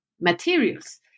materials